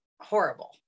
Horrible